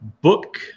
Book